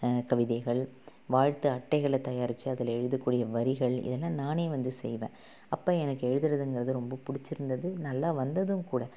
கவிதைகள் வாழ்த்து அட்டைகளை தயாரிச்சு அதில் எழுதக்கூடிய வரிகள் இதெல்லாம் நானே வந்து செய்வேன் அப்போ எனக்கு எழுதறதுங்கறது ரொம்ப பிடுச்சிருந்தது நல்லா வந்ததும் கூட